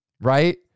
right